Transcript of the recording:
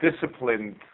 disciplined